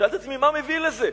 שאלתי את עצמי, מה מביא לזה?